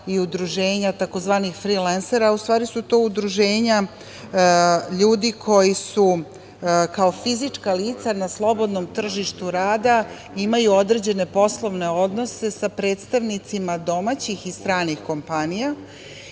i udruženja tzv. frilensera. To su udruženja ljudi, koji su kao fizička lica na slobodnom tržištu rada, imaju određene poslovne odnose sa predstavnicima domaćih i stranih kompanija.